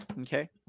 Okay